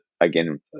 again